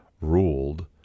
ruled